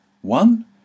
One